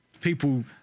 people